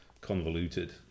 convoluted